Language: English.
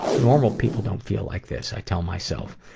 normal people don't feel like this i tell myself.